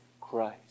Christ